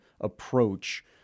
approach